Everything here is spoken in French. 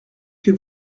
que